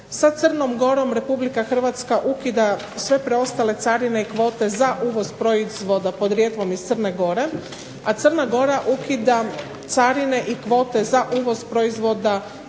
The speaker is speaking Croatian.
Sa Crnom Gorom Republika Hrvatska ukida sve preostale carine i kvote za uvoz proizvoda podrijetlom iz Crne Gore, a Crna Gora ukida carine i kvote za uvoz proizvoda